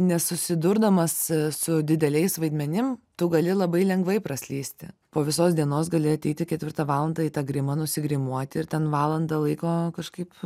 nesusidurdamas su dideliais vaidmenim tu gali labai lengvai praslysti po visos dienos gali ateiti ketvirtą valandą į tą grimą nusigrimuoti ir ten valandą laiko kažkaip